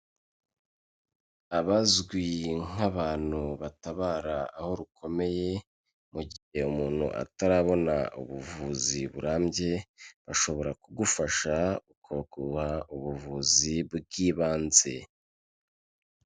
Abazwi nk'abantu batabara aho rukomeye, mu gihe umuntu atarabona ubuvuzi burambye, bashobora kugufasha bakaguha ubuvuzi bw'ibanze.